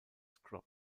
scrub